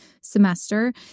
semester